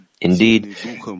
Indeed